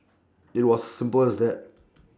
IT was as simple as that